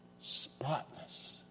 spotless